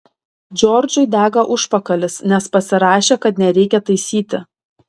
džordžui dega užpakalis nes pasirašė kad nereikia taisyti